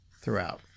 throughout